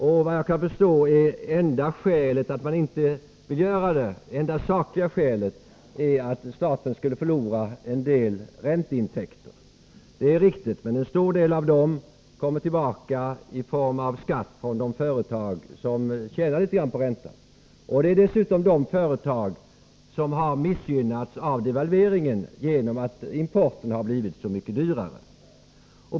Såvitt jag förstår är det enda sakskälet till att man inte vill göra det att staten förlorar en del ränteintäkter. Det är riktigt att så blir fallet. Men en stor del av dessa intäkter kommer tillbaka i form av skatt från de företag som tjänar litet på räntan. Det är dessutom de företag som har missgynnats av devalveringen genom att importen har blivit så mycket dyrare.